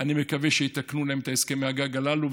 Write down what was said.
אני מקווה שיתקנו להם את הסכמי הגג הללו,